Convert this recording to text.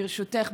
ברשותך,